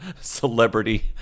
celebrity